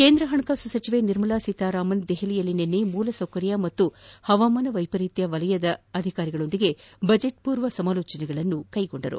ಕೇಂದ್ರ ಹಣಕಾಸು ಸಚಿವೆ ನಿರ್ಮಲಾ ಸೀತಾರಾಮನ್ ದೆಹಲಿಯಲ್ಲಿ ನಿನ್ನೆ ಮೂಲಸೌಕರ್ಯ ಮತ್ತು ಹವಾಮಾನ ವೈಪರೀತ್ಯ ವಲಯದವರೊಂದಿಗೆ ಬಜೆಟ್ ಪೂರ್ವ ಸಮಾಲೋಚನೆಗಳನ್ನು ನಡೆಸಿದರು